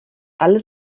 alle